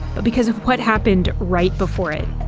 but because of what happened right before it.